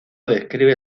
describe